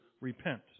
repent